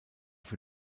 für